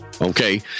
Okay